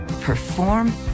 perform